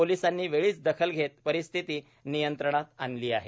पोलिसांनी वेळीच दखल घेत परिस्थिती नियंत्रणात आणली आहे